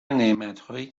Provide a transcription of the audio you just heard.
نعمتهایی